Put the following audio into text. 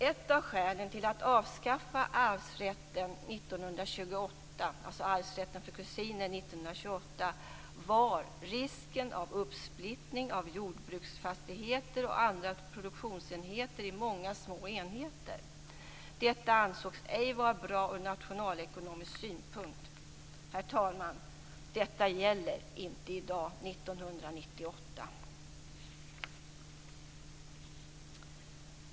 Ett av skälen till att avskaffa arvsrätten för kusiner 1928 var risken för uppsplittring av jordbruksfastigheter och andra produktionsenheter i många små enheter. Detta ansågs ej vara bra ur nationalekonomisk synpunkt. Herr talman! Detta gäller inte i dag, 1998.